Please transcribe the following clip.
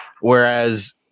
Whereas